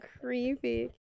creepy